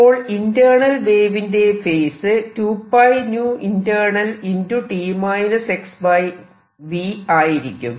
അപ്പോൾ ഇന്റേണൽ വേവിന്റെ phase 2πinternalt xv ആയിരിക്കും